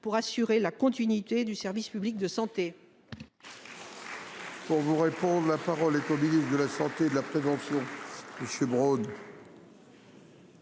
pour assurer la continuité du service public de santé.